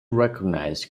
recognised